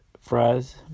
fries